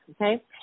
Okay